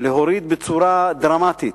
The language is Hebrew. להוריד בצורה דרמטית